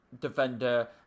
defender